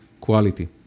quality